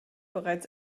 bereits